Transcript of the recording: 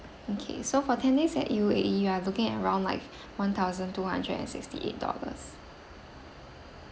okay so for ten days at U_A_E you are looking around like one thousand two hundred and sixty eight dollars